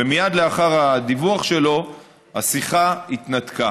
ומייד לאחר הדיווח שלו השיחה התנתקה.